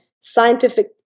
scientific